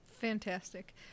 Fantastic